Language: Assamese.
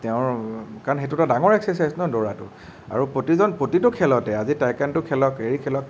তেওঁৰ কাৰণ সেইটো এটা ডাঙৰ এক্সাৰচাইজ ন দৌৰাটো আৰু প্ৰতিজন প্ৰতিটো খেলতে আজি টায়কাণ্ড খেলক হেৰি খেলক